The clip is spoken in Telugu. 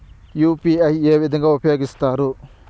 యు.పి.ఐ ఏ విధంగా ఉపయోగిస్తారు?